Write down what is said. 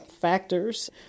factors